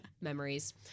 Memories